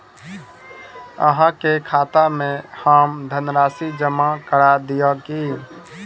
अहाँ के खाता में हम धनराशि जमा करा दिअ की?